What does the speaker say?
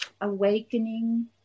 awakening